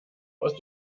aus